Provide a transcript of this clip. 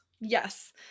Yes